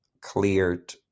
cleared